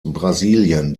brasilien